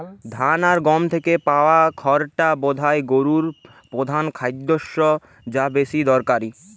ধান আর গম থিকে পায়া খড়টা বোধায় গোরুর পোধান খাদ্যশস্য যা বেশি দরকারি